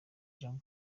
jean